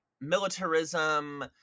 militarism